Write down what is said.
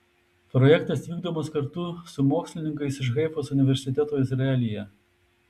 projektas vykdomas kartu su mokslininkais iš haifos universiteto izraelyje